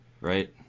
Right